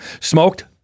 Smoked